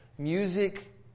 Music